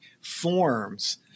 forms